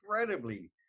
incredibly